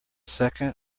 second